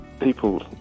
people